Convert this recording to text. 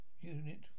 Unit